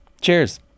Cheers